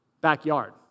backyard